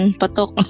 patok